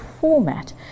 format